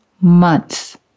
months